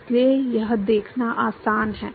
इसलिए यह देखना आसान है